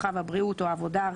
הרווחה והבריאות" או "העבודה,